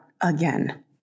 again